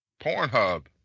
Pornhub